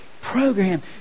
program